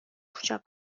کوچک